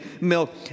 milk